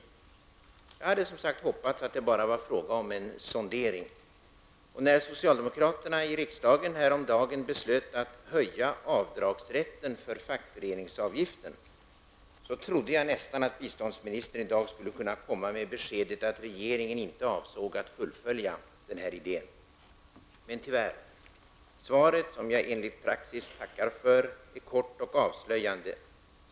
Jag hade, som sagt, hoppats att det bara var fråga om en sondering. När socialdemokraterna i riksdagen häromdagen beslöt att höja avdragsrätten för fackföreningsavgiften trodde jag nästan att biståndsministern i dag skulle kunna komma med beskedet att regeringen inte avsåg att fullfölja sin idé. Men tyvärr: svaret, som jag enligt praxis tackar för, är kort och avslöjande.